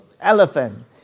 Elephant